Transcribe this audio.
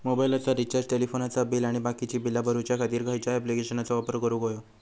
मोबाईलाचा रिचार्ज टेलिफोनाचा बिल आणि बाकीची बिला भरूच्या खातीर खयच्या ॲप्लिकेशनाचो वापर करूक होयो?